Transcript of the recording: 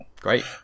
Great